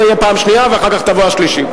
זו תהיה פעם שנייה ואחר כך תבוא השלישית.